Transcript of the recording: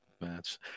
Match